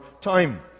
time